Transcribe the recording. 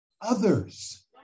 Others